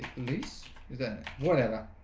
lease then whatever